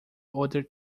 other